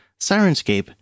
Sirenscape